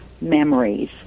memories